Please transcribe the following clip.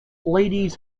ladies